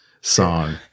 song